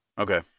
okay